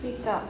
make-up